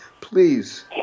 please